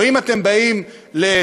או אם אתם באים לצפת,